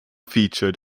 featured